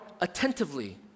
attentively